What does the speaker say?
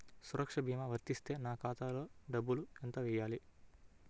సురక్ష భీమా వర్తిస్తే నా ఖాతాలో డబ్బులు ఎంత వేయాలి?